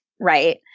Right